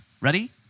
Ready